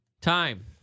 time